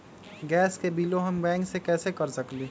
Gas के बिलों हम बैंक से कैसे कर सकली?